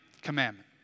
commandment